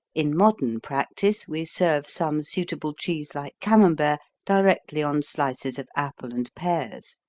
in modern practice we serve some suitable cheese like camembert directly on slices of apple and pears,